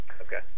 Okay